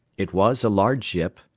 it was a large ship,